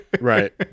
Right